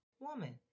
woman